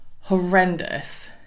horrendous